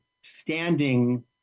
standing